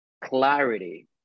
clarity